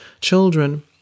children